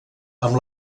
amb